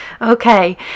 okay